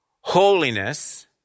holiness